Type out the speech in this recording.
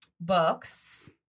Books